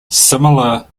similar